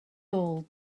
all